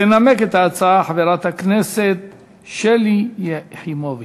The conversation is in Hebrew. תנמק את ההצעה חברת הכנסת שלי יחימוביץ.